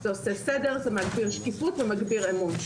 זה עושה סדר, זה מגביר שקיפות ומגביר אמון.